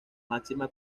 máxima